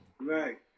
Right